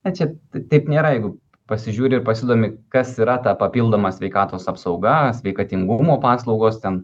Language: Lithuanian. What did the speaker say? ne čia taip nėra jeigu pasižiūri ir pasidomi kas yra tą papildomą sveikatos apsauga sveikatingumo paslaugos ten